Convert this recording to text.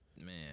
Man